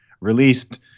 released